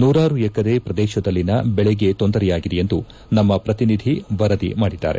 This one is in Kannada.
ನೂರಾರು ಎಕರೆ ಪ್ರದೇಶದಲ್ಲಿನ ಬೆಳೆಗೆ ತೊಂದರೆಯಾಗಿದೆ ಎಂದು ನಮ್ಮ ಪ್ರತಿನಿಧಿ ವರದಿ ಮಾಡಿದ್ದಾರೆ